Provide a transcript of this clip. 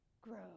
grow